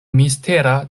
mistera